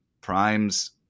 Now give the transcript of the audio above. primes